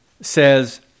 says